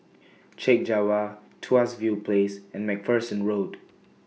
Chek Jawa Tuas View Place and MacPherson Road